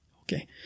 Okay